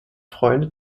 freunde